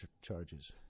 charges